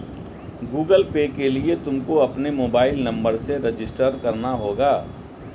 Google Pay के लिए तुमको अपने मोबाईल नंबर से रजिस्टर करना होगा